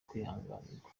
kwihanganirwa